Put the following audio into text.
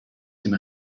dem